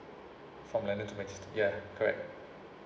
from london to manchester ya correct